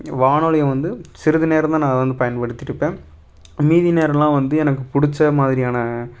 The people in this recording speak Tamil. வானொலியை வந்து சிறிது நேரம்தான் நான் அதை வந்து பயன்படுத்தி இருப்பேன் மீதி நேரோலாம் வந்து எனக்கு பிடிச்ச மாதிரியான